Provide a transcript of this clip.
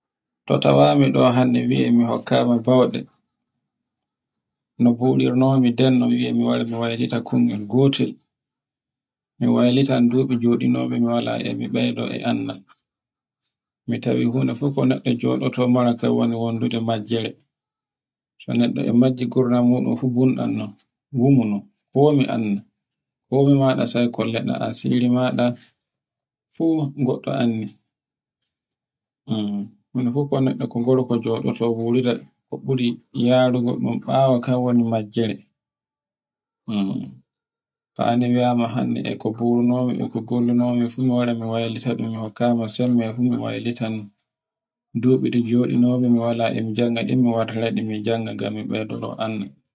To tawami do hannde mi wiay mi hokkama fawde, no fuɗɗirno no bawde denno mi yaha mi waylita kunyel gotel, mi waylita dubu joɗinomi mi waylita, mi tawi gono fu ko neɗɗo joɗoto fu wndude majjere. So neɗɗe e warti majje e gurna muɗn fu gurnanmun, ko mi annda, ko mima sai kolla asiri maɗa fu goɗɗo anndi, gorko joɗoto ko buri yaruugo bawo kan wano majjere, mi wara mi waylitande mi hokkama sembe hu mimwaylita nde dubi ndi joɗinaime mi wala e mi jannga ngam mi beydo anne